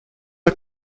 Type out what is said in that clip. are